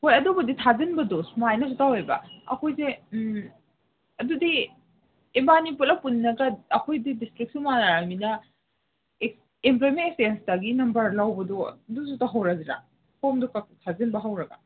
ꯍꯣꯏ ꯑꯗꯨꯕꯨꯗꯤ ꯊꯥꯖꯤꯟꯕꯗꯣ ꯁꯨꯃꯥꯏꯅꯁꯨ ꯇꯧꯋꯦꯕ ꯑꯩꯈꯣꯏꯁꯦ ꯑꯗꯨꯗꯤ ꯏꯕꯥꯅꯤ ꯄꯨꯜꯂꯞ ꯄꯨꯜꯂꯒ ꯑꯩꯈꯣꯏꯗꯤ ꯗꯤꯁꯇ꯭ꯔꯤꯛꯁꯨ ꯃꯥꯟꯅꯔꯕꯅꯤꯅ ꯑꯦꯝꯄ꯭ꯂꯣꯏꯃꯦꯟ ꯑꯦꯛꯁꯆꯦꯟꯁꯇꯒꯤ ꯅꯝꯕꯔ ꯂꯧꯕꯗꯣ ꯑꯗꯨꯁꯨ ꯇꯧꯍꯧꯔꯁꯤꯔꯥ ꯐꯣꯝꯗꯨꯈꯛ ꯊꯥꯖꯤꯟꯕ ꯍꯧꯔꯒ